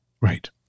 Right